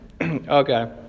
Okay